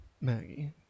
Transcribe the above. Maggie